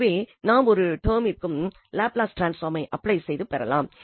எனவே நாம் ஒரு ஒரு டெர்மிற்கும் லாப்லஸ் டிரான்ஸ்பாமை அப்ளை செய்து பெறலாம்